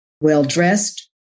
well-dressed